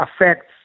affects